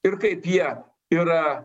ir kaip tie yra